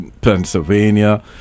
Pennsylvania